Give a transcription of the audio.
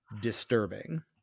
disturbing